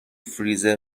فریزر